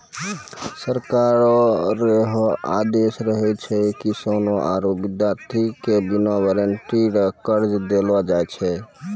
सरकारो रो है आदेस रहै छै की किसानो आरू बिद्यार्ति के बिना गारंटी रो कर्जा देलो जाय छै